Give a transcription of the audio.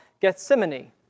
Gethsemane